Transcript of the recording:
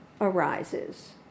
arises